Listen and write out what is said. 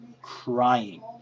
crying